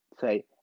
Say